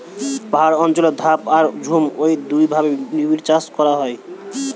পাহাড় অঞ্চলে ধাপ আর ঝুম ঔ দুইভাবে নিবিড়চাষ করা হয়